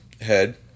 head